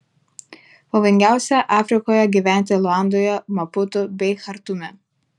pavojingiausia afrikoje gyventi luandoje maputu bei chartume